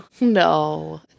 No